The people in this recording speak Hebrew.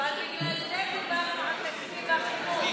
אבל בגלל זה דובר על תקציב החינוך,